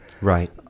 Right